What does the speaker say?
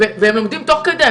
הם לומדים תוך כדי.